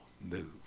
move